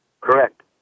Correct